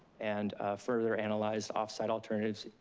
and further analyzed offsite alternatives.